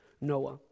Noah